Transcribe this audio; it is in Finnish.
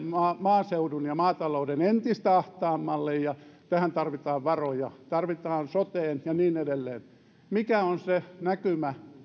maaseudun ja maatalouden entistä ahtaammalle ja tähän tarvitaan varoja niitä tarvitaan soteen ja niin edelleen mikä on se näkymä